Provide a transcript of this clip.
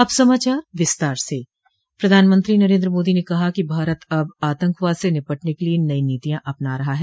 अब समाचार विस्तार से प्रधानमंत्री नरेन्द्र मोदी ने कहा है कि भारत अब आतंकवाद से निपटने के लिए नई नीतियां अपना रहा है